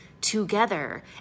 together